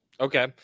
Okay